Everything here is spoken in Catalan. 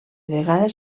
vegades